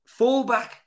fallback